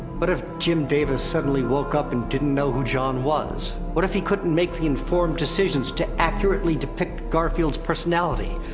but if jim davis suddenly woke up, and didn't know who jon was? what if he couldn't make the informed decisions to accurately depict garfield's personality,